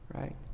Right